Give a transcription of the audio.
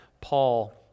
Paul